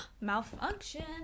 Malfunction